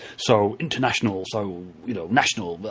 so international, so you know national, but